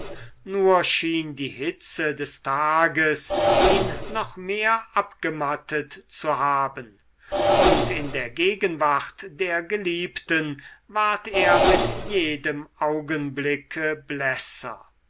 nur schien die hitze des tages ihn noch mehr abgemattet zu haben und in der gegenwart der geliebten ward er mit jedem augenblicke blässer